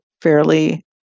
fairly